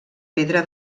pedra